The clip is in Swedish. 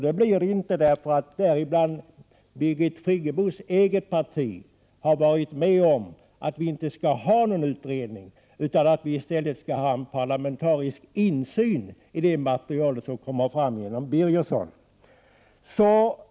Det blir det inte därför att bl.a. Birgit Friggebos eget parti har varit med om att fastslå att vi inte skall ha någon utredning utan att vi i stället skall ha en parlamentarisk insyn i det material som kommer fram genom Birgerssons arbete.